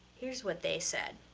here's what they said.